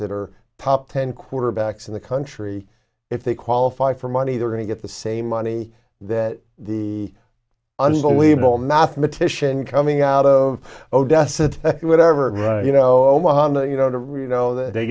that are top ten quarterbacks in the country if they qualify for money they're going to get the same money that the unbelievable mathematician coming out of odessa whatever you know omaha you know to really know that they